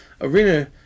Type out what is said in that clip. arena